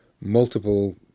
multiple